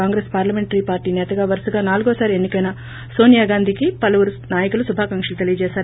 Congress parliamentary party నేతగా వరుసగా నాలుగోసారి ఎన్నికయిన నోనియాగాంధీకి పలువురు నాయకలు శుభాకాంక్షలు తెలిపారు